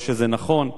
לא שזה נכון,